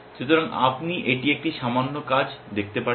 সুতরাং আপনি এটি একটি সামান্য কাজ দেখতে পারেন